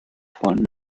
von